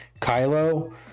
kylo